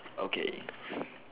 okay